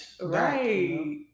Right